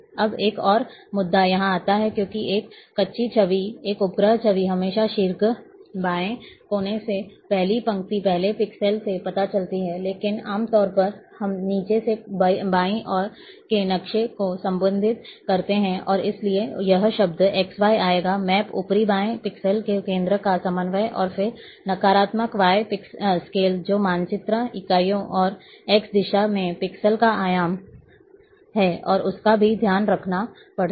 अब एक और मुद्दा यहां आता है क्योंकि एक कच्ची छवि एक उपग्रह छवि हमेशा शीर्ष बाएं कोने से पहली पंक्ति पहले पिक्सेल से पता चलती है लेकिन आम तौर पर हम नीचे से बाईं ओर के नक्शे को संबोधित करते हैं और इसलिए यह शब्द xy आएगा मैप ऊपरी बाएँ पिक्सेल के केंद्र का समन्वय और फिर नकारात्मक y स्केल जो मानचित्र इकाइयों और x दिशा में पिक्सेल का आयाम है और उसका भी ध्यान रखना पड़ता है